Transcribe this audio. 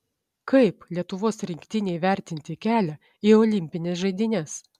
kaip lietuvos rinktinei vertinti kelią į olimpines žaidynes